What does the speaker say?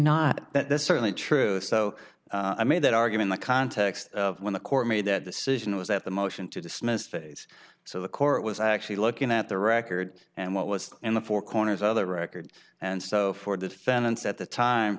not that's certainly true so i made that argument the context of when the court made that decision was that the motion to dismiss phase so the court was actually looking at the record and what was in the four corners other record and so for the defendants at the time